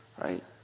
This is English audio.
right